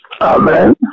Amen